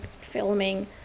filming